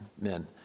Men